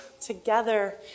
together